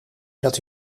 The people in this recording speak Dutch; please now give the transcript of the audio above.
dat